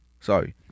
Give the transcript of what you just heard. Sorry